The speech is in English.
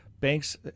banks